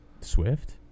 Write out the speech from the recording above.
Swift